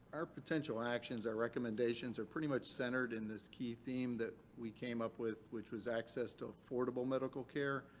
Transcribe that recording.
our potential actions or recommendations were pretty much centered in this key theme that we came up with which was access to affordable medical care.